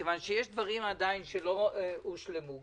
כי יש עדיין דברים שלא הושלמו,